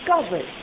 discovered